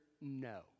no